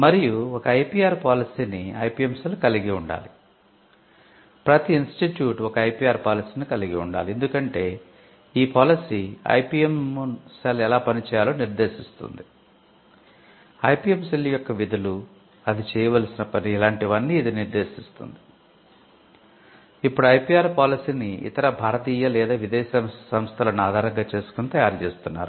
మరియు ఒక ఐపిఆర్ పాలసీని ఇతర భారతీయ లేదా విదేశీ సంస్థలను ఆధారంగా చేసుకుని తయారు చేస్తున్నారు